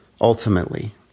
Ultimately